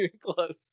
close